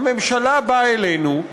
הממשלה באה אלינו,